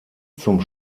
zum